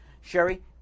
Sherry